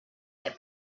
had